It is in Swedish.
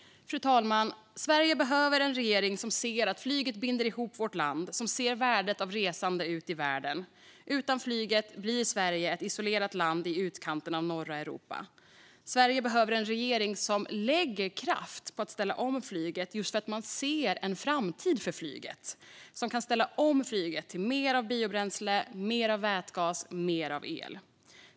Fru talman! Sverige behöver en regering som anser att flyget binder ihop vårt land och som ser värdet av resande ut i världen. Utan flyget blir Sverige ett isolerat land i utkanten av norra Europa. Sverige behöver en regering som lägger kraft på att ställa om flyget just för att man ser en framtid för flyget, som kan ställa om flyget till mer av biobränsle, vätgas och el.